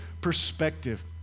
perspective